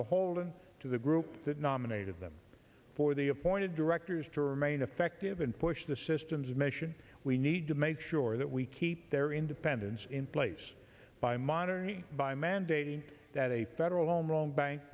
beholden to the group that nominated them for the appointed directors to remain effective and push the systems of mission we need to make sure that we keep their independence in place by modern by mandating that a federal